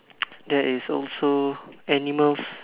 there is also animals